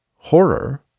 horror